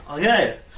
Okay